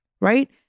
right